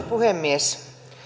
puhemies